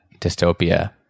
dystopia